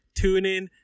TuneIn